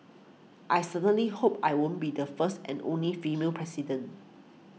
I certainly hope I won't be the first and only female president